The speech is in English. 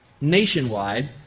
nationwide